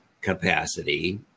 capacity